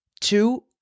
two